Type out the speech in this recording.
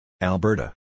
Alberta